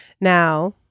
Now